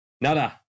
nada